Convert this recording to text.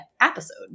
episode